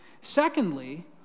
Secondly